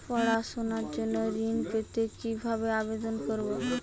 পড়াশুনা জন্য ঋণ পেতে কিভাবে আবেদন করব?